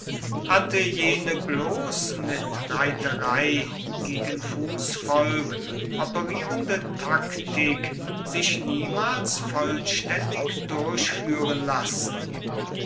hätte jene bloß mit reiterei gegen fußvolk operierende taktik sich niemals vollständig durchführen lassen